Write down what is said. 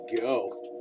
go